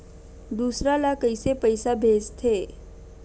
दूसरा ला कइसे पईसा भेजथे?